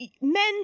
men